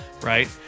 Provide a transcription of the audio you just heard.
right